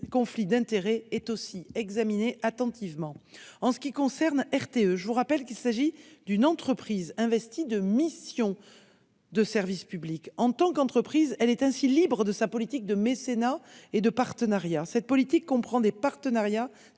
conflits d'intérêts est, elle aussi, examinée attentivement. J'en viens maintenant à RTE. Je vous rappelle qu'il s'agit d'une entreprise investie de missions de service public. En tant qu'entreprise, RTE est libre de sa politique de mécénat et de partenariat. Cette politique comprend des partenariats